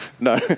No